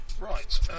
Right